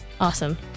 awesome